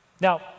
Now